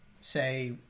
say